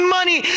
money